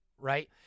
Right